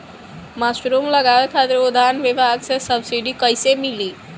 Mushroom लगावे खातिर उद्यान विभाग से सब्सिडी कैसे मिली?